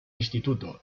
instituto